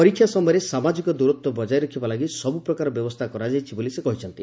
ପରୀକ୍ଷା ସମୟରେ ସାମାଜିକ ଦୂରତ୍ୱ ବଜାୟ ରଖିବା ଲାଗି ସବୁ ପ୍ରକାର ବ୍ୟବସ୍ଥା କରାଯାଇଛି ବୋଲି ସେ କହିଛନ୍ତି